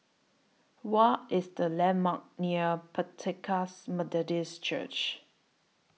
What IS The landmarks near Pentecost Methodist Church